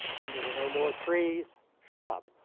and there were no more trees, shrub.